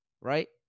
right